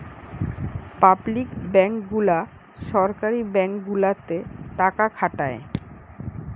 public bank গুলা সরকারি bank গুলাতে টাকা খাটায়